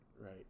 right